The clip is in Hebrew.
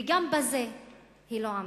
וגם בזה היא לא עמדה.